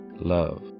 love